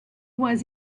was